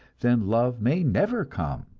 then love may never come,